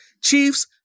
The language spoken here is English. Chiefs